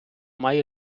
має